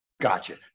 gotcha